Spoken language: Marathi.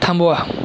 थांबवा